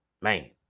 Man